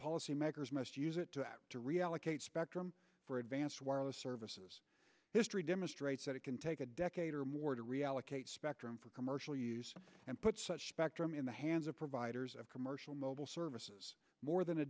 policy makers must use it to reallocate spectrum for advanced wireless services history demonstrates that it can take a decade or more to reallocate spectrum for commercial use and put such spectrum in the hands of providers of commercial mobile services more than a